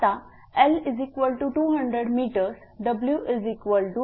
आता L200 m W0